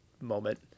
moment